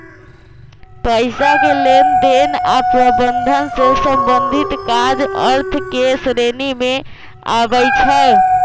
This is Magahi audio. पइसा के लेनदेन आऽ प्रबंधन से संबंधित काज अर्थ के श्रेणी में आबइ छै